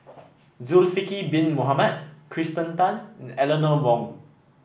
Zulkifli Bin Mohamed Kirsten Tan and Eleanor Wong